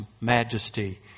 majesty